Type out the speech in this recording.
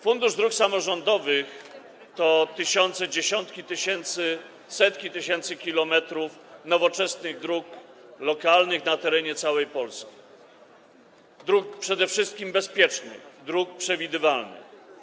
Fundusz Dróg Samorządowych to tysiące, dziesiątki tysięcy, setki tysięcy kilometrów nowoczesnych dróg lokalnych na terenie całej Polski, dróg przede wszystkim bezpiecznych, dróg przewidywalnych.